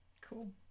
Cool